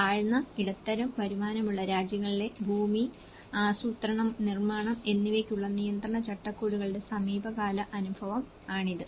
താഴ്ന്ന ഇടത്തരം വരുമാനമുള്ള രാജ്യങ്ങളിലെ ഭൂമി ആസൂത്രണം നിർമ്മാണം എന്നിവയ്ക്കുള്ള നിയന്ത്രണ ചട്ടക്കൂടുകളുടെ സമീപകാല അനുഭവം ആണിത്